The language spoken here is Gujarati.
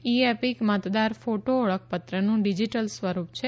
ઈ એપિક મતદાર ફોટો ઓળખપત્રનો ડીજીટલ સ્વરૂપ છે